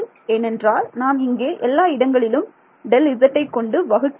ஏனென்றால் நாம் இங்கே எல்லா இடங்களிலும் Δz ஐ கொண்டு வகுக்கிறோம்